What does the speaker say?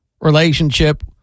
relationship